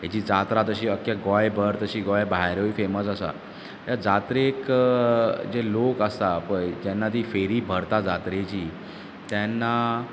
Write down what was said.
हेची जात्रा तशी अख्या गोंय भर तशी गोंय भायरूय फेमस आसा ह्या जात्रेक जे लोक आसा पय जेन्ना ती फेरी भरता जात्रेची तेन्ना